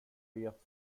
vet